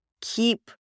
keep